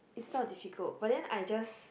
is not difficult but then I just